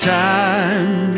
time